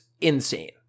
insane